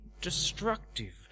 destructive